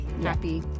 Happy